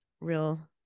real